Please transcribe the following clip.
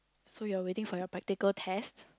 so you're waiting for your practical test